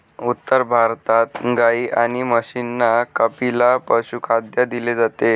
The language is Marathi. उत्तर भारतात गाई आणि म्हशींना कपिला पशुखाद्य दिले जाते